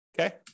Okay